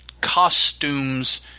Costumes